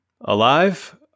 Alive